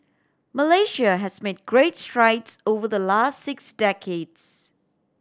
Malaysia has made great strides over the last six decades